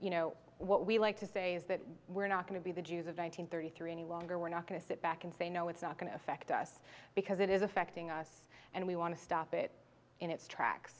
you know what we like to say is that we're not going to be the jews of nine hundred thirty three any longer we're not going to sit back and say no it's not going to affect us because it is affecting us and we want to stop it in its tracks